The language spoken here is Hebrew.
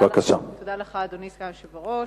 אדוני סגן היושב-ראש,